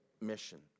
mission